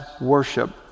worship